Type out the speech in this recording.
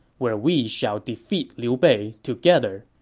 where we shall defeat liu bei together,